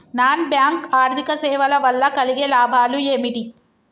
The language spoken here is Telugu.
నాన్ బ్యాంక్ ఆర్థిక సేవల వల్ల కలిగే లాభాలు ఏమిటి?